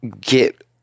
get